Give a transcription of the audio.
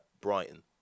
Brighton